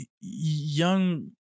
young